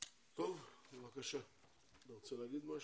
טוב, בבקשה, אתה רוצה להגיד משהו?